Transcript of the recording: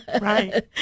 right